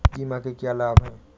बीमा के क्या लाभ हैं?